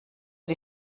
die